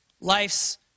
life's